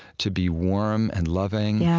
to be warm and loving. yeah